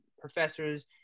professors